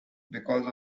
because